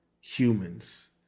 humans